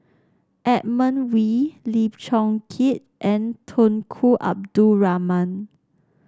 Edmund Wee Lim Chong Keat and Tunku Abdul Rahman